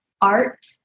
art